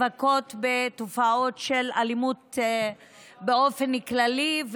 נאבקות בתופעות של אלימות באופן כללי,